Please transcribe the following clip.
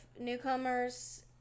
newcomers